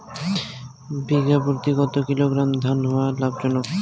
বিঘা প্রতি কতো কিলোগ্রাম ধান হওয়া লাভজনক?